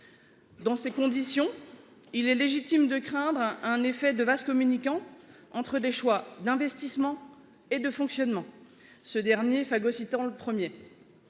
Dans ces conditions, il est légitime de craindre un effet de vases communicants entre les choix d'investissement et de fonctionnement, ces derniers phagocytant les premiers.